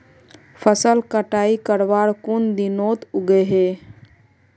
फसल कटाई करवार कुन दिनोत उगैहे?